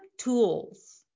tools